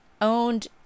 owned